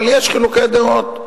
אבל יש חילוקי דעות.